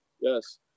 yes